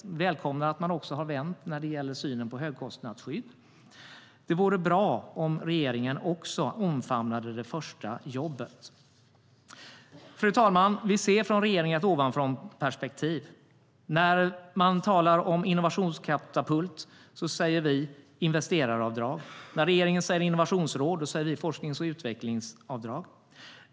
Vi välkomnar att man också har vänt när det gäller synen på högkostnadsskydd. Det vore bra om regeringen också omfamnade det första jobbet. Fru talman! Vi ser från regeringen ett ovanifrånperspektiv. När man talar om innovationskatapult säger vi investeraravdrag. När regeringen säger innovationsråd säger vi forsknings och utvecklingsavdrag.